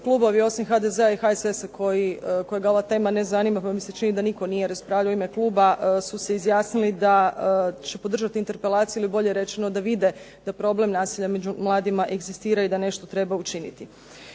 klubovi osim HDZ-a i HSS-a kojega ova tema ne zanima pa mi se čini da nitko nije raspravljao u ime kluba, su se izjasnili da će podržat interpelaciju ili bolje rečeno da vide da problem nasilja među mladima egzistira i da nešto treba učiniti.